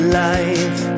life